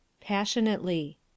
Passionately